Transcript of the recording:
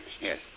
Yes